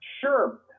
Sure